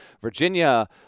Virginia